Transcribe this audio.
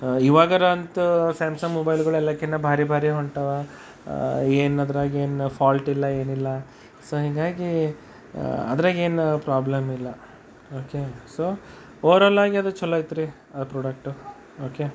ಈವಾಗರಂತು Samsung ಮೊಬೈಲ್ಗಳು ಎಲ್ಲದಕಿಂತ ಭಾರಿ ಭಾರಿ ಹೊಂಟವ ಏನು ಅದ್ರಾಗ ಏನು ಫಾಲ್ಟಿಲ್ಲ ಏನಿಲ್ಲ ಸೊ ಹೀಗಾಗಿ ಅದ್ರಾಗೇನು ಪ್ರಾಬ್ಲಮ್ ಇಲ್ಲ ಓಕೆ ಸೊ ಓವರ್ ಆಲ್ ಆಗಿ ಅದು ಚಲೋ ಐತ್ರಿ ಆ ಪ್ರಾಡಕ್ಟು ಓಕೆ